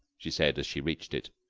she said, as she reached it.